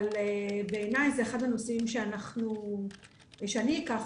אבל בעיניי זה אחד הנושאים שאני אקח